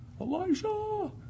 Elijah